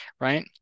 right